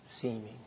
Seeming